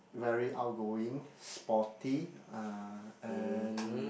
very outgoing sporty uh and